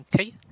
Okay